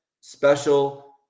special